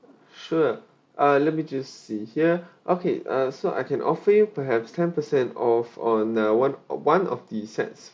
sure uh let me just see here okay uh so I can offer you perhaps ten percent off on uh one uh one of the sets